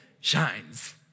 shines